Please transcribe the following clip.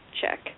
check